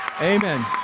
Amen